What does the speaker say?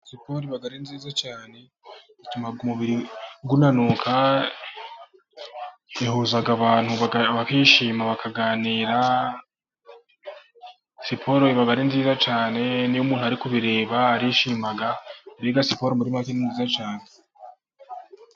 Siporo iba ari nziza cyane ituma umubiri unanuka, ihuza abantu bakishima bakaganira, siporo iba ari nziza cyane n'iyo umuntu ari kubireba arishima, mbega siporo ni nziza cyane.